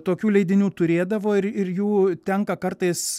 tokių leidinių turėdavo ir ir jų tenka kartais